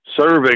serving